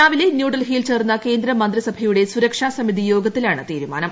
രാവിലെ ന്യൂഡൽഹിയിൽ ചേർന്ന കേന്ദ്രമന്ത്രിസഭയുടെ സുരക്ഷാ സമിതിയോഗത്തിലാണ് തീരുമാനം